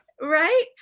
right